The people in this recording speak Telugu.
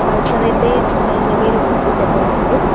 పల్సర్ అయితే లక్షా ఇరవై వేలు ఉందండి సెకండ్ హ్యాండు